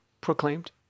proclaimed